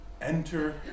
Enter